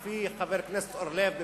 לפי חבר הכנסת אורלב,